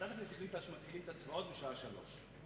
ועדת הכנסת החליטה שמתחילים את ההצבעות בשעה 15:00,